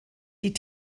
die